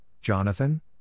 Jonathan